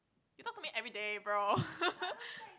you talk to me everyday bro